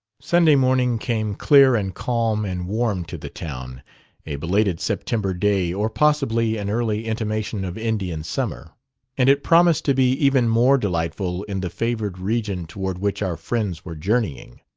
sunday morning came clear and calm and warm to the town a belated september day, or possibly an early intimation of indian summer and it promised to be even more delightful in the favored region toward which our friends were journeying.